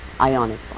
ionic